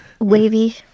Wavy